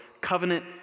covenant